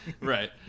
Right